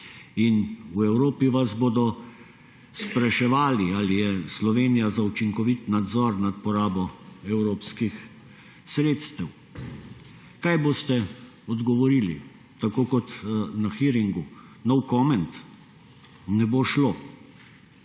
v Evropi vas bodo spraševali, ali je Slovenija za učinkovit nadzor nad porabo evropskih sredstev. Kaj boste odgovorili? Tako kot na »hearingu«, »no comment«? Ne bo šlo.